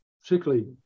particularly